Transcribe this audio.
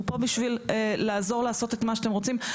אנחנו פה בשבילך לעזור את מה שאתם רוצים.